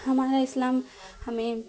ہمارا اسلام ہمیں